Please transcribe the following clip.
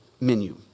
menu